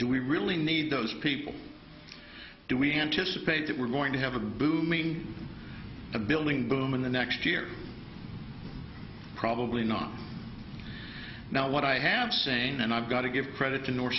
do we really need those people do we anticipate that we're going to have a booming a building boom in the next year probably not now what i have saying and i've got to give credit to north